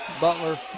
Butler